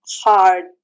hard